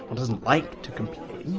doesn't like to complain